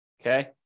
Okay